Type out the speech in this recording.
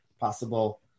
possible